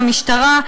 המשטרה,